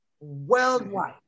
Worldwide